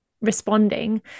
responding